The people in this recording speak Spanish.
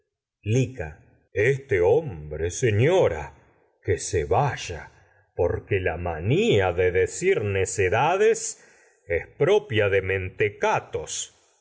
se hombre señora necedades es que vaya porque la de decir propia de mentecatos